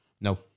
No